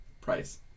price